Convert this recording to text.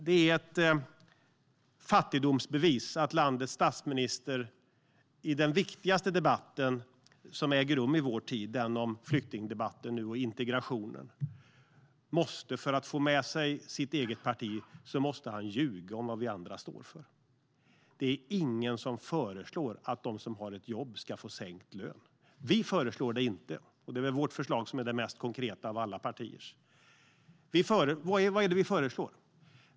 Det är ett fattigdomsbevis att landets statsminister i den viktigaste debatt som äger rum i vår tid, flyktingdebatten om integration, för att få med sig sitt eget parti måste ljuga om vad vi andra står för. Det är ingen som föreslår att de som har ett jobb ska få sänkt lön. Vi föreslår det inte, och det är väl vårt förslag som är det mest konkreta av alla partiers. Vad är det vi föreslår?